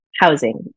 housing